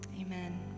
Amen